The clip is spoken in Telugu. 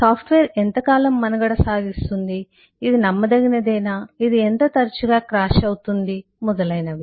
సాఫ్ట్వేర్ ఎంతకాలం మనుగడ సాగిస్తుంది ఇది నమ్మదగినది ఇది ఎంత తరచుగా క్రాష్ అవుతుంది మొదలగునవి